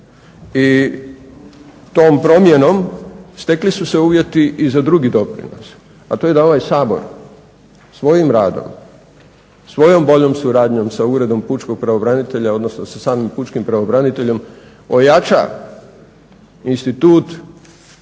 I tom promjenom stekli su se uvjeti i za drugi doprinos, a to je da ovaj Sabor svojim radom, svojom boljom suradnjom sa Uredom pučkog pravobranitelja, odnosno sa samim pučkim pravobraniteljem ojača institut